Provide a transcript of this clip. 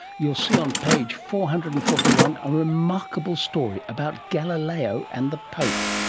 you'll see on page four hundred and forty one a remarkable story about galileo and the pope.